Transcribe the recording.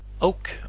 oak